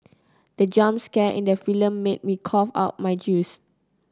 the jump scare in the film made me cough out my juice